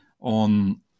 on